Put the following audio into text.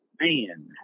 Man